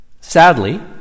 Sadly